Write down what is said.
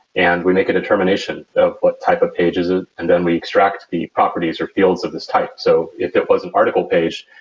and we make a determination of what type of pages, ah and then we extract the properties or fields of this type. so if it was an article page,